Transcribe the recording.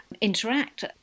interact